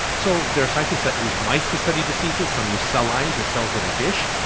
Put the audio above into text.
so there are scientists that use mice to study diseases, some use cell lines, or cells in a dish,